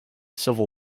civil